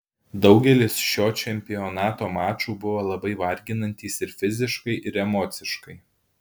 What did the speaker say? daugelis šio čempionato mačų buvo labai varginantys ir fiziškai ir emociškai